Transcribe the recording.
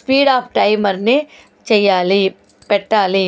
speed off టైమర్ని చెయ్యాలి పెట్టాలి